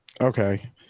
Okay